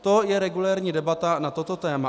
To je regulérní debata na toto téma.